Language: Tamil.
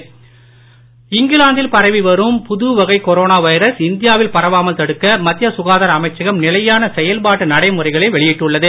புதியகொரோனா இங்கிலாந்தில்பரவிவரும்புதுவகைகொரோனாவைரஸ்இந்தியாவில் பரவாமல்தடுக்கமத்தியசுகதாரஅமைச்சகம் நிலையானசெயல்பாட்டுடன்நடைமுறைகளைவெளியிட்டுள்ளது